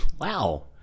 Wow